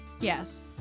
yes